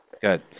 good